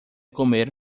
comer